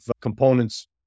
components